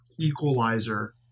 equalizer